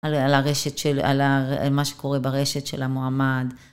על הרשת של, על, על מה שקורה ברשת של המועמד.